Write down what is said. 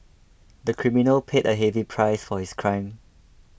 the criminal paid a heavy price for his crime